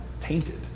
tainted